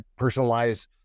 personalize